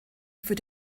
für